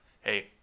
hey